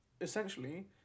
essentially